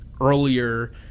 Earlier